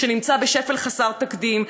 שנמצא בשפל חסר תקדים,